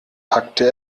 packte